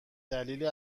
دلیل